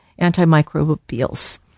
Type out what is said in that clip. antimicrobials